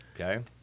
Okay